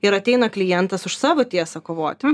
ir ateina klientas už savo tiesą kovoti